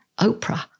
Oprah